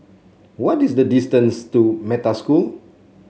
what is the distance to Metta School